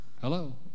Hello